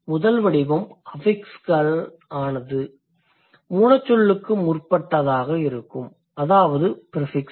முதல் வடிவம் அஃபிக்ஸ் ஆனது மூலச்சொல்லுக்கு முற்பட்டதாக இருக்கும் அதாவது ப்ரிஃபிக்ஸ்